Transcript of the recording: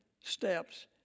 steps